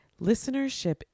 Listenership